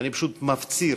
אני פשוט מפציר